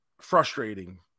frustrating